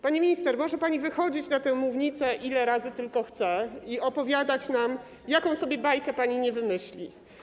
Pani minister, może pani wychodzić na tę mównicę, ile razy tylko chce, i opowiadać nam, jaką sobie bajkę pani nie wymyśli.